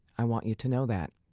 i want you to know that.